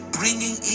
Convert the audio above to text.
bringing